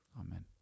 Amen